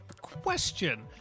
question